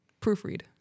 proofread